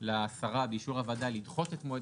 לשרה באישור הוועדה לדחות את מועד